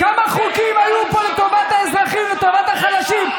כמה חוקים היו פה לטובת האזרחים, לטובת החלשים?